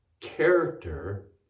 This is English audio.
character